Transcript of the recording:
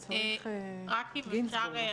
גינזבורג.